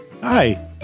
Hi